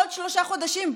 עוד שלושה חודשים,